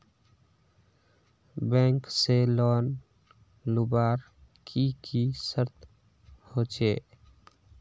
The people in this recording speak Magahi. बैंक से लोन लुबार की की शर्त होचए?